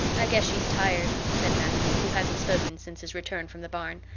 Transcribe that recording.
i guess she's tired, said matthew, who hadn't spoken since his return from the barn.